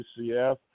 UCF